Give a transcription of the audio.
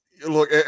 Look